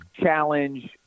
challenge